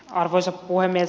arvoisa puhemies